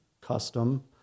custom